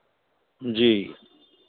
जी